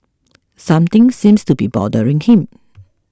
something seems to be bothering him